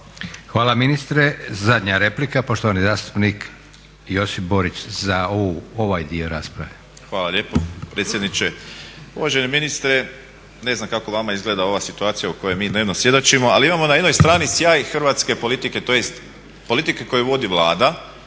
Hvala ministre. Zadnja replika poštovani zastupnik Josip Borić. Za ovaj dio rasprave. **Borić, Josip (HDZ)** Hvala lijepo predsjedniče. Uvaženi ministre, ne znam kako vama izgleda ova situacija u kojoj mi dnevno svjedočimo, ali imamo na jednoj strani sjaj hrvatske politike, tj. politike koju vodi Vlada.